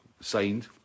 signed